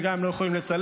וגם הם לא יכולים לצלם,